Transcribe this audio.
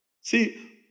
See